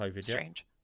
strange